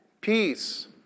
Peace